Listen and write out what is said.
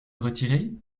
retirez